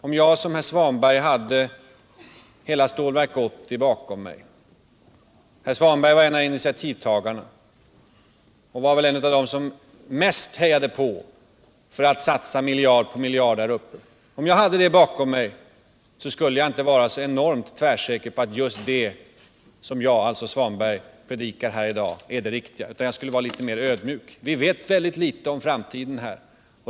Om jag som herr Svanberg hade hela Stålverk 80 bakom mig — herr Svanberg var en av initiativtagarna och en av dem som mest hejade på för att satsa miljard på miljard där uppe — skulle jag inte vara så enormt tvärsäker på att just det jag, alltså herr Svanberg, predikar här i dag skulle vara det riktiga. Jag skulle vara litet mer ödmjuk. Vi vet väldigt litet om framtiden.